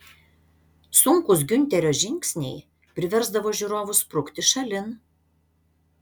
sunkūs giunterio žingsniai priversdavo žiūrovus sprukti šalin